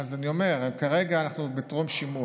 אז אני אומר: כרגע אנחנו עוד בטרום-שימוע.